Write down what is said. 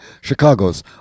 Chicago's